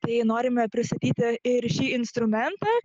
tai norime pristatyti ir šį instrumentą